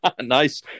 Nice